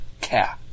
Care